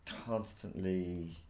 constantly